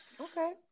okay